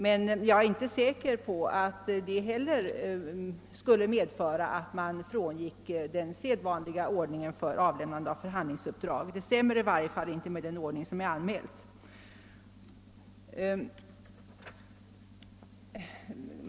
Jag är dock inte heller säker på att det bör medföra att man frångår den sedvanliga ordningen för avlämnande av förhandlingsuppdrag. Förfarandet stämmer i varje fall inte med den ordning som är anmäld.